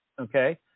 okay